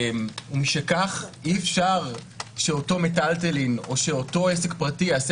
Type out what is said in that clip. ומשכך אי אפשר שאותו מטלטלין או שאותו עסק פרטי יעשה